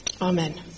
Amen